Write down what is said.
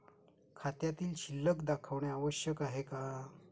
खात्यातील शिल्लक दाखवणे आवश्यक आहे का?